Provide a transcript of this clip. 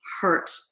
hurt